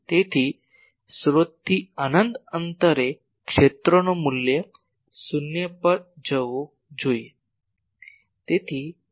તેથી સ્રોતથી અનંત અંતરે ક્ષેત્રનું મૂલ્ય શૂન્ય પર જવું જોઈએ